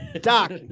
Doc